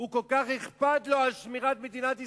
כל כך אכפת לו על שמירת מדינת ישראל,